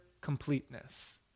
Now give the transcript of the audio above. completeness